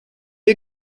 you